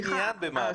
סליחה,